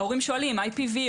ההורים שואלים IPV?